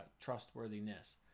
trustworthiness